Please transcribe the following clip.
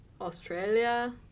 Australia